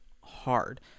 hard